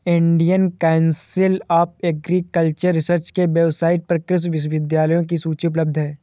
Indian council of agricultural research के website पर कृषि विश्वविद्यालयों की सूची उपलब्ध है